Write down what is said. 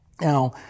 Now